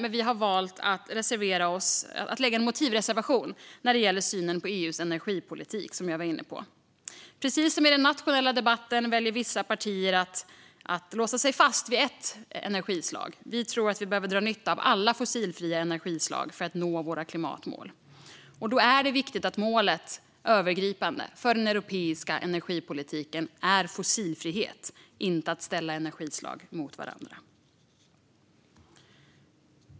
Vi har dock valt att avge en motivreservation när det gäller synen på EU:s energipolitik, som jag var inne på. Precis som i den nationella debatten väljer vissa partier att låsa fast sig vid ett energislag. Moderaterna tror dock att vi behöver dra nytta av alla fossilfria energislag för att nå våra klimatmål. Då är det viktigt att det övergripande målet för den europeiska energipolitiken är fossilfrihet - inte att ställa energislag mot varandra.